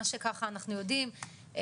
מה שככה אנחנו יודעים,